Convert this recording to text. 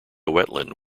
wetland